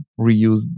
reuse